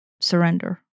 surrender